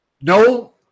No